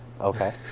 okay